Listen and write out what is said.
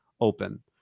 open